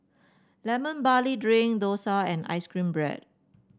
Lemon Barley Drink dosa and ice cream bread